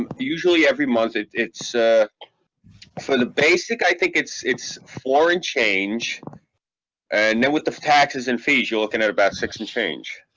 um usually every month, it's it's ah for the basic i think it's it's floor and change and then with the taxes and fees you're looking at about six and change